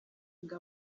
ngo